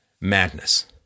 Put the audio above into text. madness